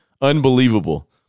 Unbelievable